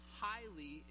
highly